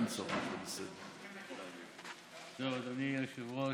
אדוני היושב-ראש,